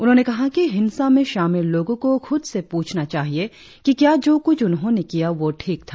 उन्होंने कहा कि हिंसा में शामिल लोगों को खुद से पूछना चाहिए कि क्या जो कुछ उन्होंने किया वो ठीक था